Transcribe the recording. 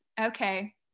Okay